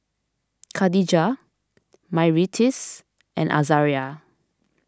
Kadijah Myrtis and Azaria